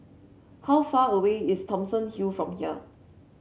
how far away is Thomson Hill from here